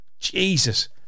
Jesus